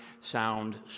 sound